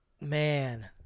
man